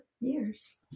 years